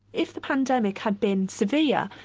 if the pandemic had been severe, yeah